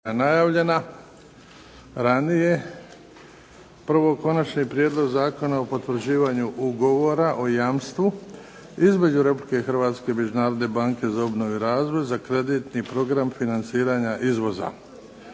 na glasovanje Konačni prijedlog zakona o potvrđivanju Ugovora o jamstvu između Republike Hrvatske i Međunarodne banke za obnovu i razvoj za kreditni program financiranja izvoza.